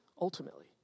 ultimately